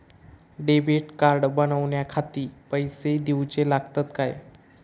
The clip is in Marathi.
डेबिट कार्ड बनवण्याखाती पैसे दिऊचे लागतात काय?